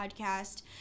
podcast